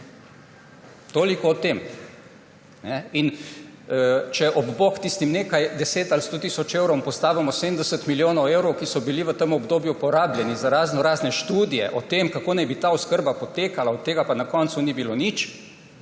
Toliko o tem. Če ob bok tistim nekaj 10 ali 100 tisoč evrom postavimo 70 milijonov evrov, ki so bili v tem obdobju porabljeni za razno razne študije o tem, kako naj bi ta oskrba potekala, od tega pa na koncu ni bilo nič,